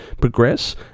progress